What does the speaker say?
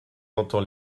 entend